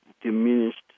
diminished